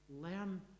learn